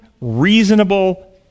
reasonable